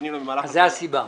זו הסיבה.